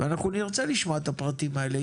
נרצה לשמוע את הפרטים האלה,